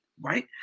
Right